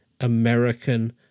american